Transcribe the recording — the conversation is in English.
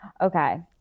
Okay